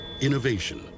Innovation